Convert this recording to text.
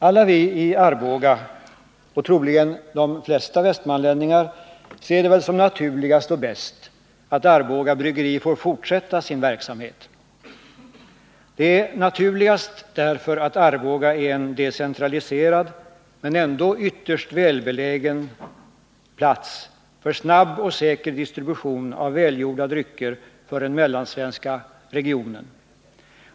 Alla vi i Arboga — och troligen de flesta västmanlänningar — ser det väl som naturligast och bäst att Arboga bryggeri får fortsätta sin verksamhet. Det är naturligast därför att Arboga är en decentraliserad men ändå ytterst välbelägen plats för snabb och säker distribution av välgjorda drycker för den mellansvenska regionen.